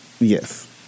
Yes